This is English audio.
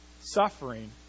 suffering